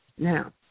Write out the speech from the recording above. Now